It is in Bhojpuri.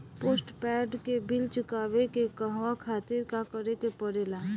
पोस्टपैड के बिल चुकावे के कहवा खातिर का करे के पड़ें ला?